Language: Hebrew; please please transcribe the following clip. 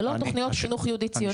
זה לא תוכניות חינוך יהודי-ציוני.